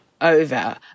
over